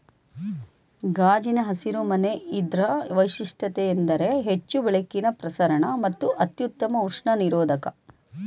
ಗಾಜಿನ ಹಸಿರು ಮನೆ ಇದ್ರ ವೈಶಿಷ್ಟ್ಯತೆಯೆಂದರೆ ಹೆಚ್ಚು ಬೆಳಕಿನ ಪ್ರಸರಣ ಮತ್ತು ಅತ್ಯುತ್ತಮ ಉಷ್ಣ ನಿರೋಧಕ